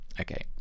Okay